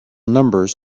numbers